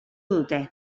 dute